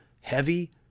heavy